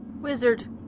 Wizard